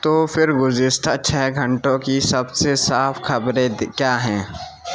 تو پھر گزشتہ چھ گھنٹوں کی سب سے صاف خبریں کیا ہیں